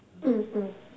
mm mm